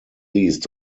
least